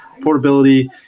portability